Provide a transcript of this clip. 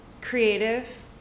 Creative